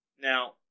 Now